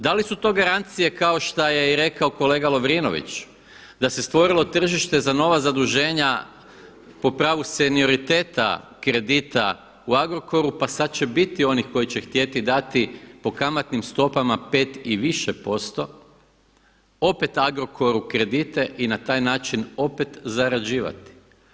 Da li su to garancije kao što je i rekao kolega Lovrinović da se stvorilo tržište za nova zaduženja po pravu senioriteta kredita u Agrokoru, pa sad će biti onih koji će htjeti dati po kamatnim stopama 5 i više posto opet Agrokoru kredite i na taj način opet zarađivati.